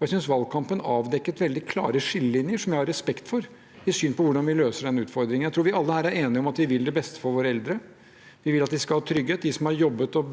Jeg synes valgkampen avdekket veldig klare skillelinjer, som jeg har respekt for, i synet på hvordan vi løser denne utfordringen. Jeg tror vi alle her er enige om at vi vil det beste for våre eldre, at de skal ha trygghet, at de som har jobbet og